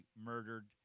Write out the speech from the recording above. murdered